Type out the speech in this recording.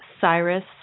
Cyrus